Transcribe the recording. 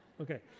Okay